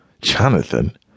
Jonathan